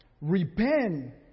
Repent